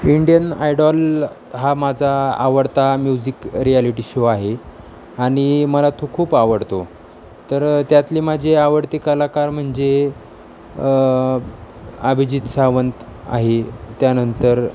Indian Idol हा माझा आवडता म्युझिक रियालिटी शो आहे आणि मला तो खूप आवडतो तर त्यातले माझी आवडते कलाकार म्हणजे अभिजित सावंत आहे त्यानंतर